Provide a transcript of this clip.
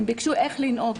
הן ביקשו איך לנהוג.